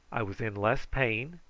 i was in less pain,